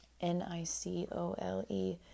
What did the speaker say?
N-I-C-O-L-E